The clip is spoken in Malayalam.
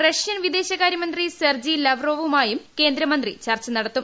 റഷ്യൻ വിദേശകാരൃമന്ത്രി സെർജി ലവ് റോവുമായും കേന്ദ്രമന്ത്രി ചർച്ച നടത്തും